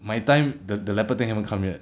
my time the the leopard thing haven't come yet